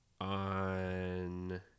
on